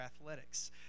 athletics